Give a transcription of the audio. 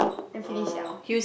then finish liao